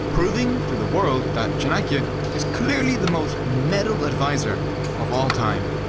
proving to the world that chanakya is clearly the most metal advisor of all time.